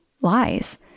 lies